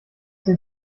den